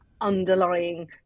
underlying